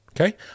okay